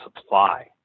supply